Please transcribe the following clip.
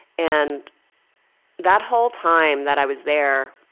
and that whole time that i was there